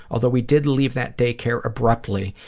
although we did leave that daycare abruptly,